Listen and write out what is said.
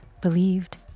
believed